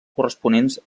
corresponents